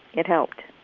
it helped